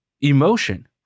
emotion